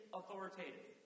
authoritative